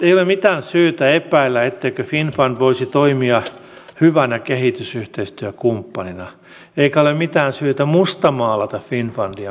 ei ole mitään syytä epäillä etteikö finnfund voisi toimia hyvänä kehitysyhteistyökumppanina eikä ole mitään syytä mustamaalata finnfundia myöskään